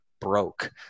broke